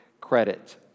credit